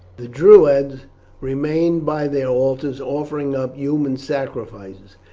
the druids remained by their altars offering up human sacrifices,